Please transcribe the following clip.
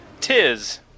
tis